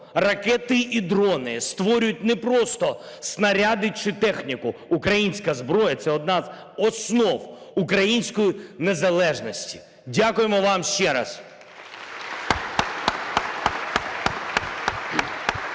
ракети і дрони, створюють не просто снаряди чи техніку. Українська зброя – це одна з основ української незалежності. Дякуємо вам ще раз.